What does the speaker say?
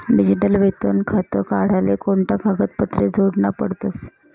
Digital वेतन खातं काढाले कोणता कागदपत्रे जोडना पडतसं?